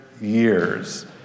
years